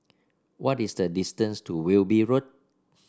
what is the distance to Wilby Road